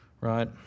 right